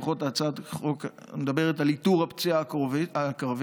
לפחות הצעת החוק מדברת על "עיטור הפציעה הקרבית".